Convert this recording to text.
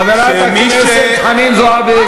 חברת הכנסת חנין זועבי.